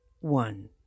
one